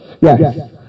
yes